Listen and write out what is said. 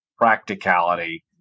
practicality